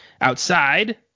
outside